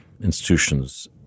institutions